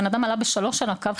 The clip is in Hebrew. בנאדם עלה ב-15:00 על הקו,